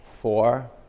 four